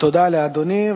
תודה לאדוני.